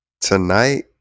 Tonight